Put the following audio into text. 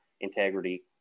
integrity